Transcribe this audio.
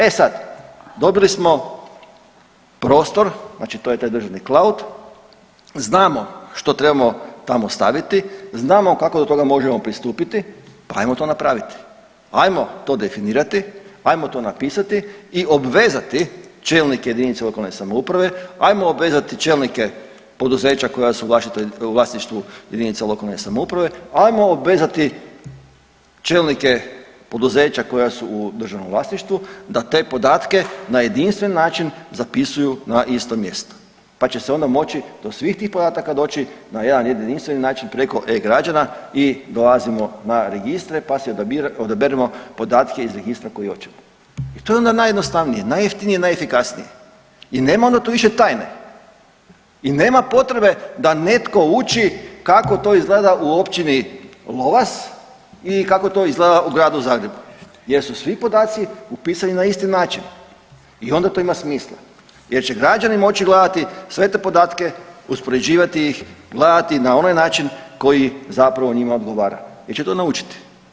E sad, dobili smo prostor, znači to je taj državni cloud, znamo što trebamo tamo staviti, znamo kako do toga možemo pristupiti, pa ajmo to napraviti, ajmo to definirati, ajmo to napisati i obvezati čelnike JLS, ajmo obvezati čelnike poduzeća koja su u vlasništvu JLS, ajmo obvezati čelnike poduzeća koja su u državnom vlasništvu da te podatke na jedinstven način zapisuju na isto mjesto, pa će se onda moći do svim tih podataka doći na jedan jedinstveni način preko e-građana i dolazimo na registre, pa si odaberemo podatke iz registra koji oćemo i to je onda najjednostavnije, najjeftinije i najefikasnije i nema onda tu više tajne i nema potrebe da netko uči kako to izgleda u Općini Lovas ili kako to izgleda u Gradu Zagrebu jer su svi podaci upisani na isti način i onda to ima smisla jer će građani moći gledati sve te podatke, uspoređivati ih, gledati na onaj način koji zapravo njima to odgovara jer će to naučiti.